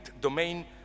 domain